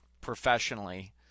professionally